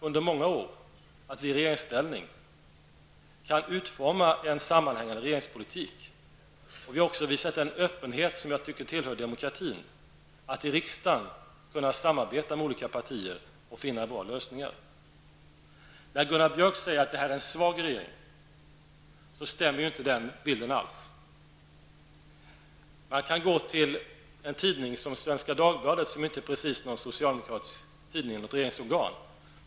Under många år har vi i regeringsställning visat att vi kan utforma en sammanhängande regeringspolitik, och vi har också visat den öppenhet som jag tycker tillhör demokratin: att i riksdagen kunna samarbeta med olika partier och finna bra lösningar. När Gunnar Björk påstår att den socialdemokratiska regeringen är svag måste jag säga att bilden inte alls stämmer. Man kan gå till en tidning som Svenska Dagbladet, som inte precis är någon socialdemokratisk tidning eller något regeringsorgan.